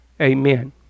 amen